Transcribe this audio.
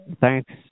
thanks